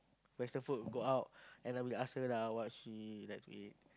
western food go out and then we ask her lah what she like to eat